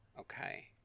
Okay